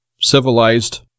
civilized